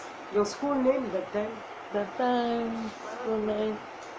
that time school name